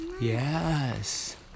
Yes